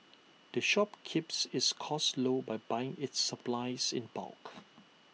the shop keeps its costs low by buying its supplies in bulk